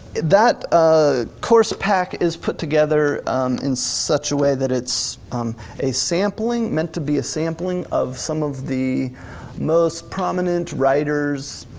that ah course pack is put together in such a way that it's um a sampling meant to be a sampling of some of the most prominent writers,